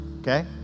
Okay